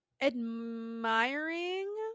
admiring